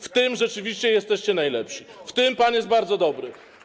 W tym rzeczywiście jesteście najlepsi, w tym pan jest bardzo dobry.